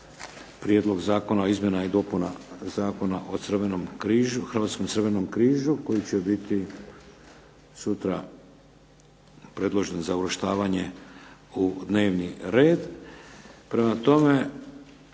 Prijedlog zakona o izmjenama i dopunama Zakona o Hrvatskom crvenom križu koji će biti sutra predložen za uvrštavanje u dnevni red, prema tome,